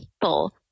people